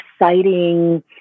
exciting